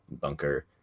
bunker